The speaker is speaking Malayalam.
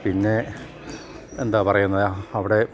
പിന്നെ എന്താണ് പറയുന്നത് അവിടെ